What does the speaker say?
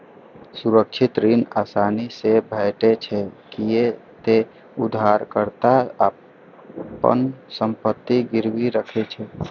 सुरक्षित ऋण आसानी से भेटै छै, कियै ते उधारकर्ता अपन संपत्ति गिरवी राखै छै